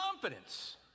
confidence